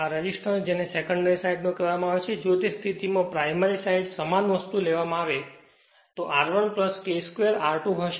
resistance જેને secondary side નો કહેવાય છે જો તે સ્થિતિમાં પ્રાઇમરી સાઈડ સમાન વસ્તુ લેવામાં આવે તો તે R1 K 2 R2 હશે